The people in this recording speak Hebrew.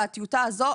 בטיוטה הזאת,